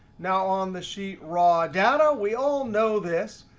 now on the sheet raw data, we all know this.